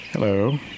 Hello